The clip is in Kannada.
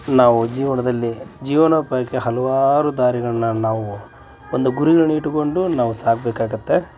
ನಾವು ಜೀವನದಲ್ಲಿ ಜೀವನೋಪಾಯಕ್ಕೆ ಹಲವಾರು ದಾರಿಗಳನ್ನ ನಾವು ಒಂದು ಗುರಿಗಳನ್ನಿಟ್ಟುಕೊಂಡು ನಾವು ಸಾಗಬೇಕಾಗುತ್ತದೆ